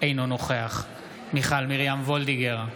אינו נוכח מיכל מרים וולדיגר,